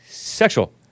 Sexual